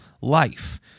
life